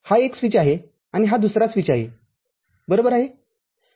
ही एक स्विच आहे आणि हा दुसरा स्विचआहे बरोबर आहे